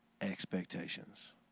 expectations